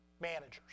managers